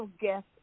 guest